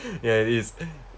ya it is